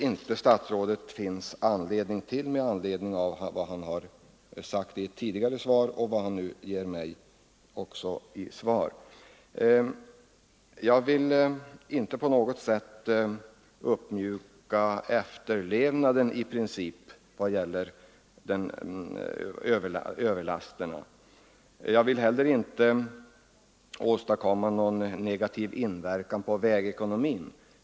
Enligt ett tidigare svar och enligt det svar stadsrådet nu gett mig anser han inte att det finns anledning därtill. Jag avser inte med min fråga att uppmjuka efterlevnaden av lagen om överlast. Jag vill inte heller åstadkomma någon negativ inverkan på vägekonomin.